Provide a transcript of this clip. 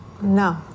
No